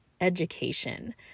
education